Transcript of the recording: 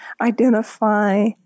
identify